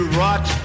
rot